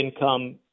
income